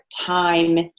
time